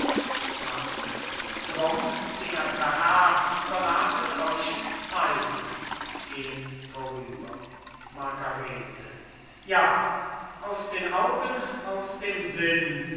drum werther herr berathet euch in zeiten gehn vorüber margarete ja aus den augen aus dem sinn